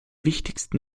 wichtigsten